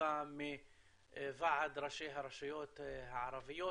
תגובה מוועד ראשי הרשויות הערביות,